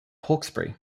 hawkesbury